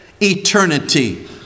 eternity